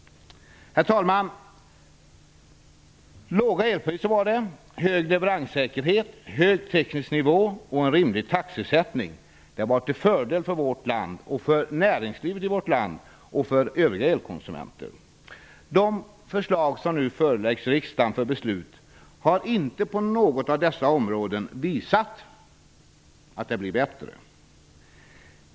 Herr talman! Låga elpriser, hög leveranssäkerhet, hög teknisk nivå och rimlig taxeersättning har varit till fördel för vårt land, för näringslivet och för övriga elkonsumenter. De förslag som nu föreläggs riksdagen för beslut har inte på något av dessa områden visat att det blir bättre.